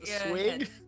swig